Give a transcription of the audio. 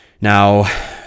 Now